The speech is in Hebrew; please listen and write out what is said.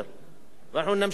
ואנחנו נמשיך לעשות את זה,